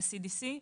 מה-CDC וכו'.